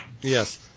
Yes